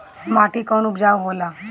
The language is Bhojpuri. माटी कौन उपजाऊ होला?